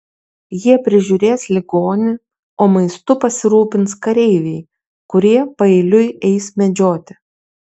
jie prižiūrės ligonį o maistu pasirūpins kareiviai kurie paeiliui eis medžioti